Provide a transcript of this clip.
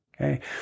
Okay